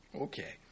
Okay